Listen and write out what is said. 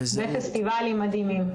ופסטיבלים מדהימים.